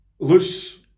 loose